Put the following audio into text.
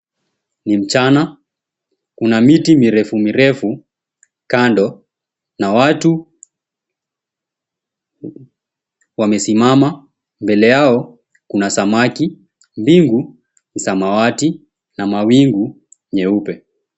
Ni mchana. Kuna miti mirefumirefu kando na watu wamesimama. Mbele yao kuna samaki. Mbingu ni samawati na mawingu nyeupe.